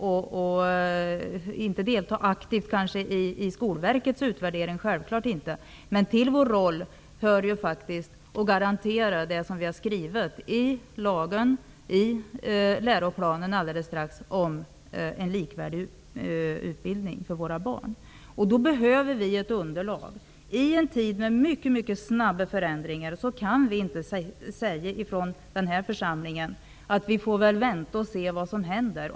Vi skall självfallet inte delta aktivt i Skolverkets utvärdering, men det hör till vår roll att garantera det som vi har skrivit i lagen och i läroplanen om en likvärdig utbildning för våra barn. Då behöver vi ett underlag. I en tid med mycket snabba förändringar kan vi i den här församlingen inte säga att vi skall vänta och se vad som händer.